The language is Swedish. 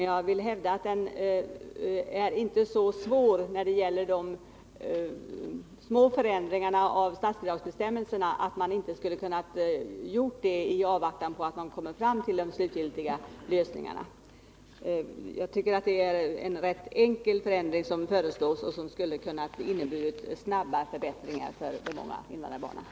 Jag vill hävda att denna fråga inte är så svår när det gäller den föreslagna förändringen av statsbidragsbestämmelserna att man inte skulle kunna genomföra en sådan förändring i avvaktan på att komma fram till de slutgiltiga lösningarna. Jag tycker det är en rätt enkel förändring som föreslås, och den kunde ha inneburit snabba förbättringar för de många invandrarbarnen.